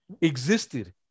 existed